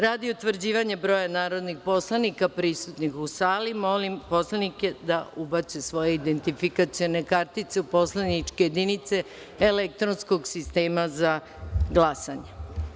Radi utvrđivanja broja narodnih poslanika prisutnih u sali, molim narodne poslanike da ubace svoje identifikacione kartice u poslaničke jedinice elektronskog sistema za glasanje.